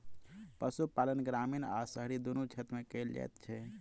पशुपालन ग्रामीण आ शहरी दुनू क्षेत्र मे कयल जाइत छै